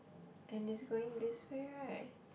and is going this way right